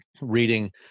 Reading